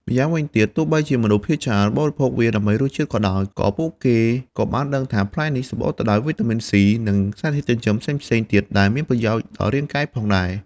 ម្យ៉ាងវិញទៀត ទោះបីជាមនុស្សភាគច្រើនបរិភោគវាដើម្បីរសជាតិក៏ដោយ ក៏ពួកគេក៏បានដឹងថាផ្លែនេះសម្បូរទៅដោយវីតាមីន ស៊ី និងសារធាតុចិញ្ចឹមផ្សេងៗទៀតដែលមានប្រយោជន៍ដល់រាងកាយផងដែរ។